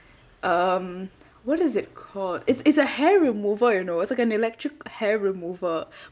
um what is it called it's it's a hair removal you know it's like an electric hair removal